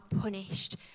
punished